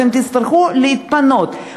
אתם תצטרכו להתפנות.